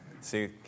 see